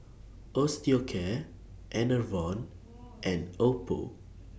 Osteocare Enervon and Oppo